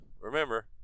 Remember